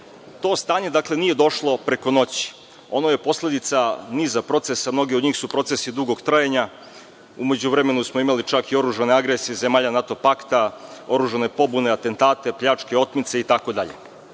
To stanje nije došlo preko noći, ono je posledica niza procesa, a mnogi od njih su procesi dugog trajanja. U međuvremenu smo imali čak i oružane agresije zemalja NATO pakta, oružane pobune, atentate, pljačke, otmice, itd. Ono